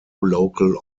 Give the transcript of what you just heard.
local